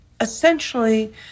essentially